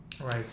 Right